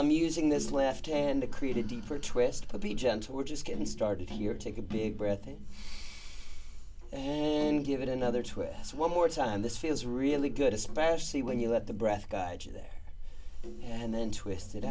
i'm using this left hand to create a deeper twist but the gentle we're just getting started here take a big breath and give it another twist one more time this feels really good especially when you let the breath guide you there and then twist it